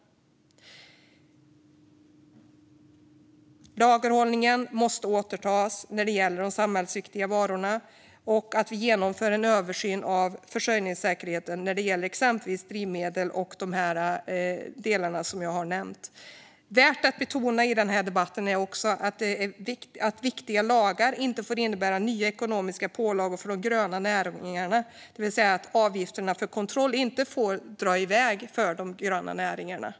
Lagerhållningen måste återtas när det gäller de samhällsviktiga varorna, och en översyn av försörjningssäkerheten måste genomföras när det gäller exempelvis drivmedel och de delar jag nämnde. Värt att betona i denna debatt är också att viktiga lagar inte får innebära nya ekonomiska pålagor för de gröna näringarna, det vill säga att avgifterna för kontroll inte får dra i väg för de gröna näringarna.